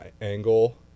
angle